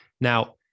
now